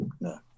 no